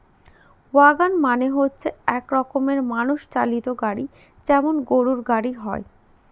wagon মানে হচ্ছে এক রকমের মানুষ চালিত গাড়ি যেমন গরুর গাড়ি হয়